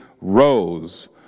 rose